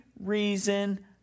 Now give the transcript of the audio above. reason